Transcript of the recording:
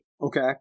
Okay